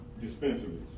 dispensaries